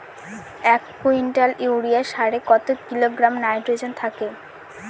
এক quintal urea সারে কত কিলোগ্রাম নাইট্রোজেন থাকে?